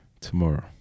tomorrow